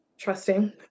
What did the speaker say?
trusting